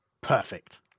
Perfect